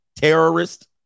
terrorist